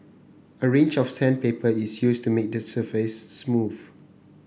a range of sandpaper is used to make the surface smooth